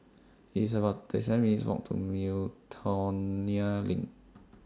It's about thirty seven minutes' Walk to Miltonia LINK